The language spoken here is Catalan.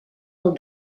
del